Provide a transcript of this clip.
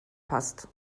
passt